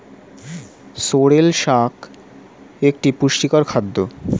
sorrel শাক একটি পুষ্টিকর খাদ্য